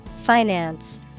Finance